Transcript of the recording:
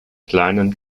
kleinen